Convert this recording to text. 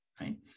right